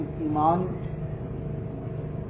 Iman